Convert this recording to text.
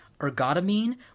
ergotamine